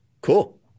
cool